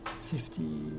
fifty